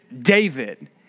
David